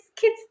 kids